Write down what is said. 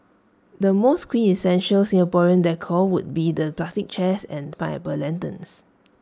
the most quintessential Singaporean decor would be the plastic chairs and pineapple lanterns